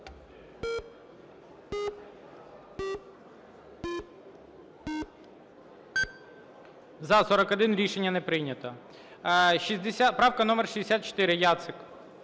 За-41 Рішення не прийнято. Правка номер 64, Яцик.